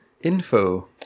info